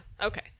Okay